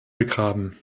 begraben